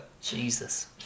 Jesus